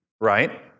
right